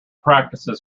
practices